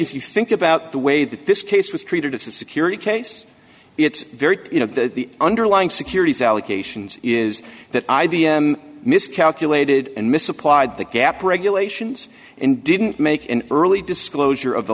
if you think about the way that this case was treated as a security case it's very you know the underlying securities allegations is that i b m miscalculated and misapplied the gap regulations and didn't make an early disclosure of the